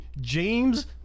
James